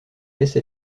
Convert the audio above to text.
laisse